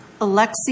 alexi